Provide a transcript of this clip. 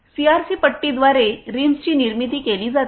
CRC पट्टीद्वारे रिम्सची निर्मिती केली जाते